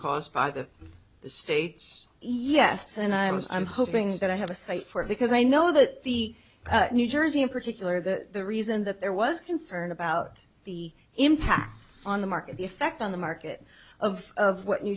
caused by the states yes and i was i'm hoping that i have a cite for it because i know that the new jersey in particular that the reason that there was concern about the impact on the market the effect on the market of of what new